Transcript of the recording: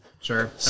Sure